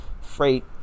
freight